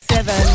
Seven